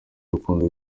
urukundo